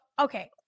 okay